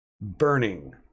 burning